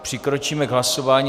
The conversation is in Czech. Přikročíme k hlasování.